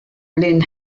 lynn